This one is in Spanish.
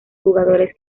jugadores